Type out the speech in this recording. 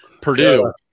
Purdue